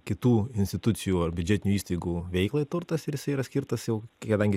kitų institucijų ar biudžetinių įstaigų veiklai turtas ir jisai yra skirtas jau kedangi